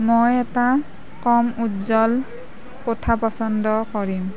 মই এটা কম উজ্জ্বল কোঠা পছন্দ কৰিম